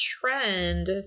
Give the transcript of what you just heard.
trend